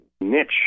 niche